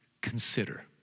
Consider